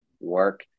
work